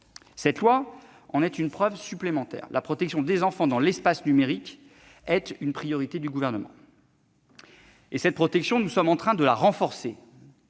de loi en est une preuve supplémentaire : la protection des enfants dans l'espace numérique est une priorité du Gouvernement, et nous sommes en train de renforcer